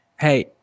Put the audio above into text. hey